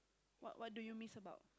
what what do you miss about